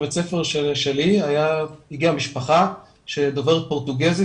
בבית ספר שלי הגיעה משפחה דוברת פורטוגזית,